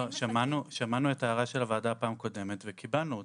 שמענו את ההערה של הוועדה בפעם הקודמת וקיבלנו אותה,